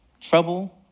trouble